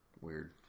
weird